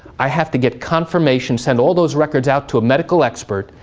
i have to get confirmation send all those records out to a medical expert,